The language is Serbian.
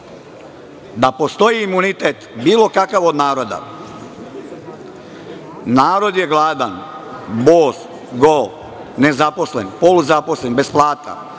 da postoji imunitet bilo kakav od naroda. Narod je gladan, bos, go, nezaposlen, poluzaposlen, bez plata.